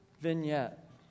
vignette